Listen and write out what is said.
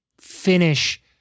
finish